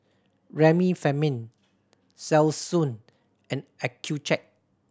Remifemin Selsun and Accucheck